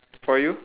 for you